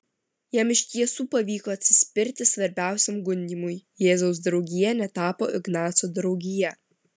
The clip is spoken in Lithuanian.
jam iš tiesų pavyko atsispirti svarbiausiam gundymui jėzaus draugija netapo ignaco draugija